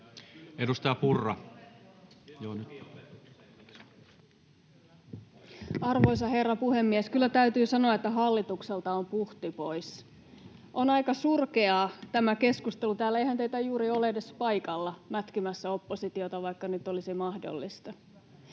Content: Arvoisa herra puhemies! Kyllä täytyy sanoa, että hallitukselta on puhti pois. On aika surkeaa tämä keskustelu täällä — eihän teitä juuri ole edes paikalla mätkimässä oppositiota, vaikka nyt olisi mahdollista.